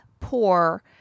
poor